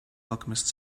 alchemist